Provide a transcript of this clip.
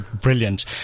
brilliant